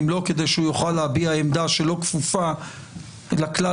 אם לא כדי שהוא יוכל להביע עמדה שלא כפופה לכלל